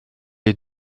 est